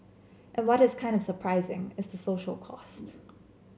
and what is kind of surprising is the social cost